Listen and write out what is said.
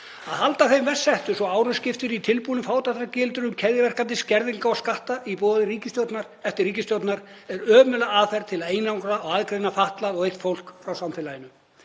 Að halda þeim verst settu svo árum skiptir í tilbúinni fátæktargildru keðjuverkandi skerðinga og skatta í boði ríkisstjórnar eftir ríkisstjórnar er ömurleg aðferð til að einangra og aðgreina fatlað fólk frá samfélaginu.